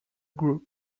group